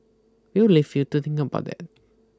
we'll leave you to think about that